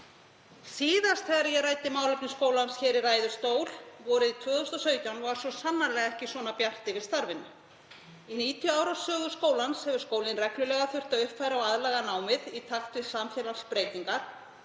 Síðast þegar ég ræddi málefni skólans hér í ræðustól vorið 2017 var svo sannarlega ekki svona bjart yfir starfinu. Í 90 ára sögu skólans hefur hann reglulega þurfti að uppfæra og aðlaga námið í takt við samfélagsbreytingar